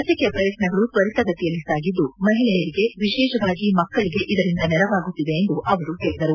ಲಸಿಕೆ ಪ್ರಯತ್ನಗಳು ತ್ವರಿತಗತಿಯಲ್ಲಿ ಸಾಗಿದ್ದು ಮಹಿಳೆಯರಿಗೆ ವಿಶೇಷವಾಗಿ ಮಕ್ಕಳಿಗೆ ಇದರಿಂದ ನೆರವಾಗುತ್ತಿದೆ ಎಂದು ಅವರು ಹೇಳಿದರು